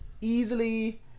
Easily